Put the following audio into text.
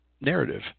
narrative